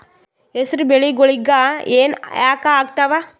ಹೆಸರು ಬೆಳಿಗೋಳಿಗಿ ಹೆನ ಯಾಕ ಆಗ್ತಾವ?